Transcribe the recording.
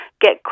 get